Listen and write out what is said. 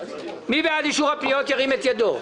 מי בעד אישור הפניות, ירים את ידו.